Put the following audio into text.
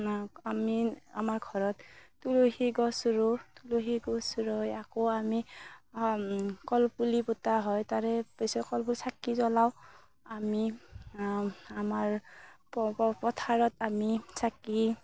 আমি আমাৰ ঘৰত তুলসী গছ ৰুও তুলসী গছ ৰুই আকৌ আমি কলপুলি পুতা হয় তাৰে পিছত কল গছত চাকি জ্বলাওঁ আমি আমাৰ প পথাৰত আমি চাকি